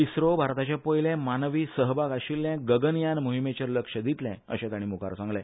इख्रो भारताचे पयले मानवी सहभाग आशिल्ले गगनयान मोहिमेचेर लक्ष दितले अशे ताणे मुखार सांगले